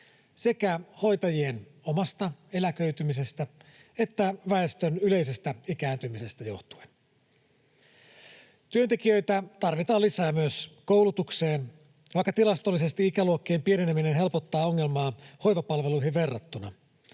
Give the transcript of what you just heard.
sekä hoitajien omasta eläköitymisestä että väestön yleisestä ikääntymisestä johtuen. Työntekijöitä tarvitaan lisää myös koulutukseen, vaikka tilastollisesti ikäluokkien pieneneminen helpottaa ongelmaa hoivapalveluihin verrattuna.